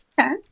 okay